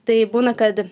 tai būna kad